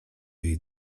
jej